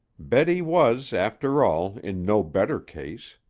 betty was, after all, in no better case.